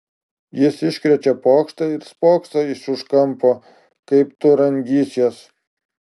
jis iškrečia pokštą ir spokso iš už kampo kaip tu rangysies